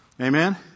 Amen